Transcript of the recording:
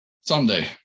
Someday